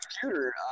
computer